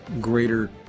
greater